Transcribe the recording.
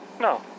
No